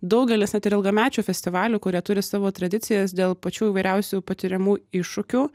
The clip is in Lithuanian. daugelis net ir ilgamečių festivalių kurie turi savo tradicijas dėl pačių įvairiausių patiriamų iššūkių